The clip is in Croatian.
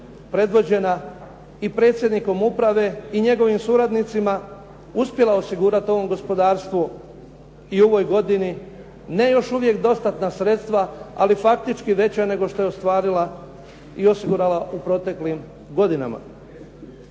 predvođena i predsjednikom uprave i njegovim suradnicima uspjela osigurat ovom gospodarstvu i u ovoj godini ne još uvijek dostatna sredstva, ali faktički veća nego što je ostvarila i osigurala u proteklim godinama.